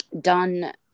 done